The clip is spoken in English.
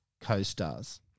co-stars